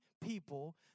people